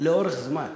לאורך זמן.